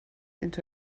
into